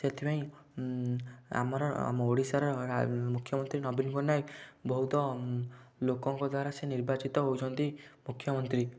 ସେଥିପାଇଁ ଆମର ଆମ ଓଡ଼ିଶାର ମୁଖ୍ୟମନ୍ତ୍ରୀ ନବୀନ ପଟ୍ଟନାୟକ ବହୁତ ଲୋକଙ୍କ ଦ୍ୱାରା ସେ ନିର୍ବାଚିତ ହେଉଛନ୍ତି ମୁଖ୍ୟମନ୍ତ୍ରୀ